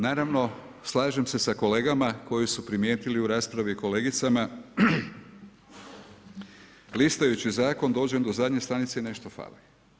Naravno, slažem se sa kolegama koji su primijetili u raspravi s kolegicama, listajući zakon, dođem do zadnje stranice i nešto fali.